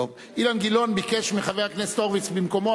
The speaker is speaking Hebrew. אילן גילאון ביקש מחבר הכנסת הורוביץ במקומו,